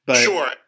Sure